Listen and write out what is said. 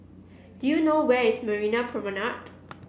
do you know where is Marina Promenade